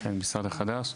כן, המשרד החדש.